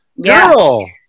girl